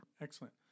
Excellent